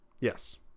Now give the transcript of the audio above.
yes